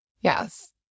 Yes